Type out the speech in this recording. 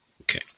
Okay